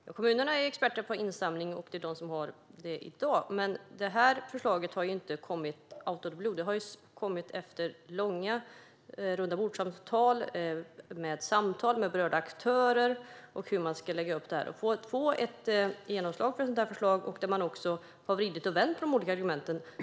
Fru talman! Ja, kommunerna är experter på insamling, och det är de som har ansvaret i dag. Men det här förslaget har ju inte kommit out of the blue. Det har kommit efter långa rundabordssamtal och samtal med berörda aktörer om hur man ska lägga upp detta för att få genomslag för ett sådant här förslag, där man också har vridit och vänt på de olika argumenten.